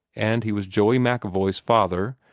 and he was joey macevoy's father,